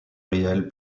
réel